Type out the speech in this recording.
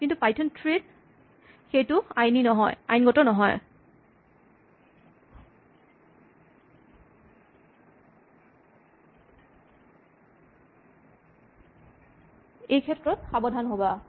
কিন্তু Python three ত সেইটো আইনগত নহয় এইক্ষেত্ৰত সাৱধান হ'বা